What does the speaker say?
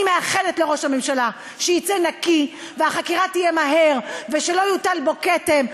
אני מאחלת לראש הממשלה שיצא נקי והחקירה תהיה מהירה ושלא יוטל בו כתם,